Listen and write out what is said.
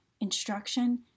instruction